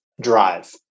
drive